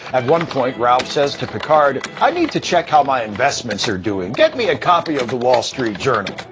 at one point ralph says to picard, i need to check how my investments are doing. get me a copy of the wall street journal!